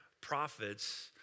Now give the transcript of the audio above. prophets